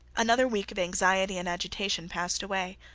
another week of anxiety and agitation passed away.